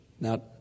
Now